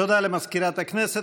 תודה למזכירת הכנסת.